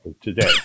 today